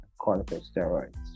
corticosteroids